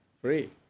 free